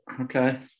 Okay